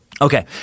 Okay